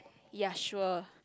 ya sure